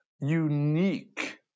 unique